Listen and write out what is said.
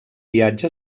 viatge